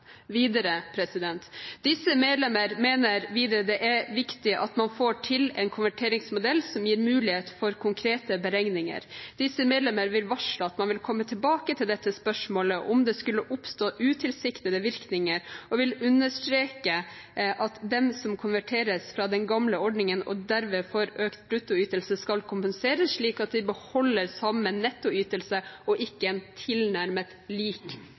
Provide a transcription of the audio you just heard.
medlemmer mener videre det er viktig at man får til en konverteringsmodell som gir mulighet for konkrete beregninger. Disse medlemmer vil varsle at man vil komme tilbake til dette spørsmålet om det skulle oppstå utilsiktede virkninger, og vil understreke at dem som konverteres fra den gamle ordningen og derved får økt bruttoytelse, skal kompenseres slik at de beholder samme nettoytelse, og ikke en tilnærmet lik